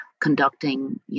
conducting